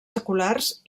seculars